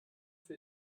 für